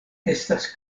estas